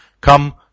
come